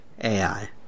AI